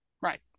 Right